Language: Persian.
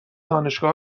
دانشگاه